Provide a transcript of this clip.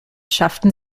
schafften